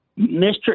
Mr